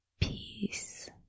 peace